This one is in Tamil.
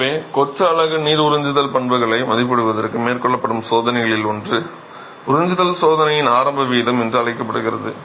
எனவே கொத்து அலகு நீர் உறிஞ்சுதல் பண்புகளை மதிப்பிடுவதற்கு மேற்கொள்ளப்படும் சோதனைகளில் ஒன்று உறிஞ்சுதல் சோதனையின் ஆரம்ப வீதம் என்று அழைக்கப்படுகிறது